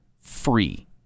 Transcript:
free